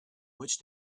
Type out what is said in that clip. which